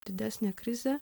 didesnė krizė